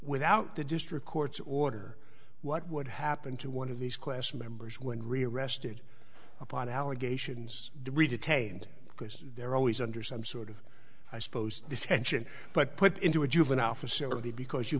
without the district court's order what would happen to one of these class members when rearrested upon allegations three detained because they're always under some sort of i suppose detention but put into a juvenile facility because you